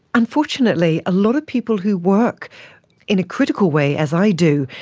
unfortunately a lot of people who work in a critical way, as i do,